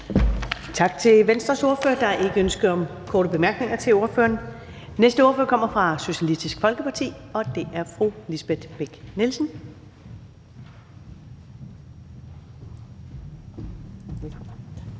Tak til Venstres ordfører. Der er ikke ønske om korte bemærkninger til ordføreren. Den næste ordfører kommer fra Socialistisk Folkeparti, og det er fru Lisbeth Bech-Nielsen.